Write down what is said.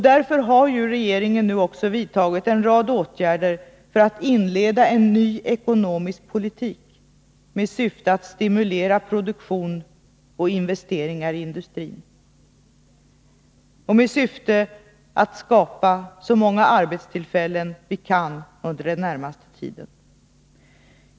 Därför har regeringen nu vidtagit en rad åtgärder för att inleda en ny ekonomisk politik med syfte att stimulera produktion och investeringar i industrin och skapa så många arbetstillfällen vi kan under den närmaste tiden.